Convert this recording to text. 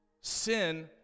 Sin